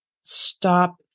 stop